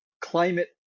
climate